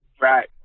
Right